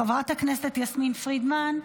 חברת הכנסת יסמין פרידמן,